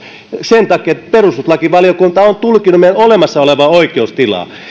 sen takia että perustuslakivaliokunta on tulkinnut meidän olemassa olevaa oikeustilaa